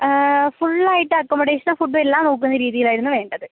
ഫുള്ളായിട്ട് അക്കൊമഡേഷനും ഫുഡും എല്ലാം നോക്കുന്ന രീതിയിലായിരുന്നു വേണ്ടത്